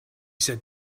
said